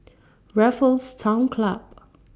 Raffles Town Club